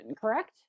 correct